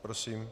Prosím.